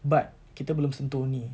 but kita belum sentuh ini